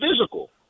physical